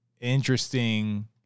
interesting